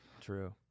True